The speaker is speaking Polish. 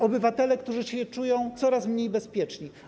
Obywatele, którzy czują się coraz mniej bezpieczni.